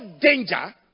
danger